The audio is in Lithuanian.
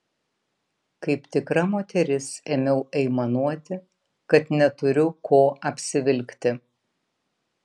kaip tikra moteris ėmiau aimanuoti kad neturiu ko apsivilkti